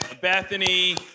Bethany